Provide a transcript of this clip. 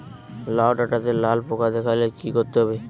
লাউ ডাটাতে লাল পোকা দেখালে কি করতে হবে?